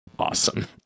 awesome